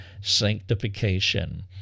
sanctification